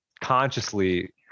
consciously